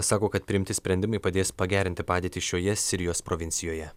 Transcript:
sako kad priimti sprendimai padės pagerinti padėtį šioje sirijos provincijoje